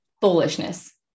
foolishness